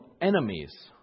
enemies